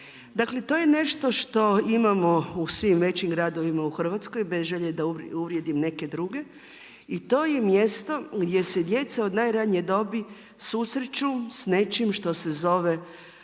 Dakle, to je nešto imamo u svim većim gradovima u Hrvatskoj, bez želje da uvrijedim neke druge, i to je mjesto gdje se djeca od najranije dobi, susreću s nečim što se zove i nešto